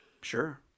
Sure